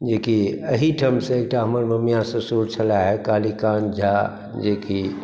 जे कि एही ठामसँ हमर एकटा ममिया ससुर छलाह हे कालीकान्त झा जे कि